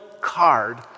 card